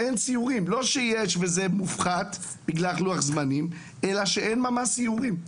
לא שיש וזה מופחת בגלל לוח זמנים אלא שממש אין סיורים.